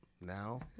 now